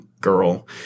girl